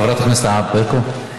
חברת הכנסת ענת ברקו.